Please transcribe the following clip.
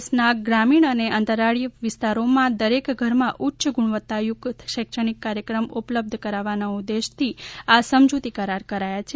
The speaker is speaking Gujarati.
દેશના ગ્રામીણ અને અંતરિયાળ વિસ્તારોમાં દરેક ધરમાં ઉચ્ય ગુણવત્તાયુક્ત શૈક્ષણિક કાર્યક્રમ ઉપલબ્ધ કરાવવાના ઉદેશથી આ સમજૂતી કરાર કરાયા છે